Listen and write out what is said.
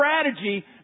strategy